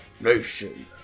Nation